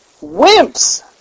wimps